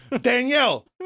Danielle